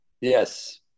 Yes